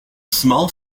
small